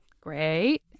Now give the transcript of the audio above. Great